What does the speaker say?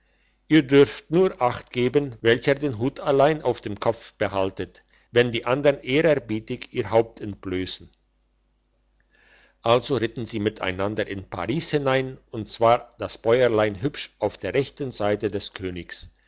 ihr dürft nur achtgeben welcher den hut allein auf dem kopf behaltet wenn die andern ehrerbietig ihr haupt entblössen also ritten sie miteinander in paris hinein und zwar das bäuerlein hübsch auf der rechten seite des königs